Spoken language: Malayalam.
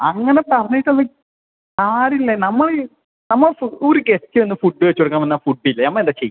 അങ്ങന പറഞ്ഞിട്ട് ഒന്ന് കാര്യം ഇല്ല നമ്മള് നമ്മൾ ഒര് ഗസ്റ്റ് വന്ന് ഫുഡ്ഡ് വെച്ച് കൊടുക്കാൻ പറഞ്ഞാൽ ഫുഡ്ഡ് ഇല്ല നമ്മൾ എന്താ ചെയ്